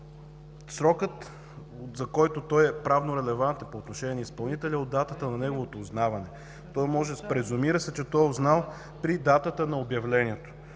Срокът, който е правнорелевантен по отношение на изпълнителя, е от датата на неговото узнаване. Презумира се, че той е узнал при датата на обявлението.